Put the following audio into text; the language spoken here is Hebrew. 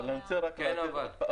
אנחנו נשקול את זה בחיוב.